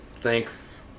thanks